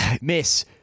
Miss